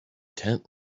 tent